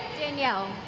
danielle.